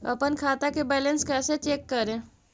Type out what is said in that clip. अपन खाता के बैलेंस कैसे चेक करे?